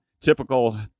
typical